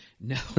No